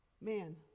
Man